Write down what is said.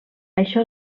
això